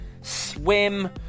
swim